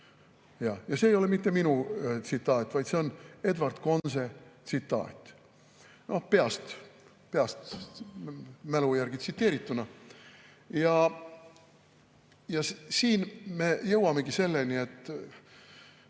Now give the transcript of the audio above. See ei ole mitte minu tsitaat, vaid see on Edward Conze tsitaat peast, mälu järgi tsiteerituna. Siin me jõuamegi selleni, et